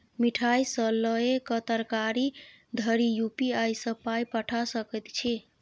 मिठाई सँ लए कए तरकारी धरि यू.पी.आई सँ पाय पठा सकैत छी